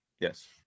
Yes